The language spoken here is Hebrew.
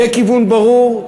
יהיה כיוון ברור,